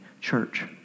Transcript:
church